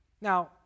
Now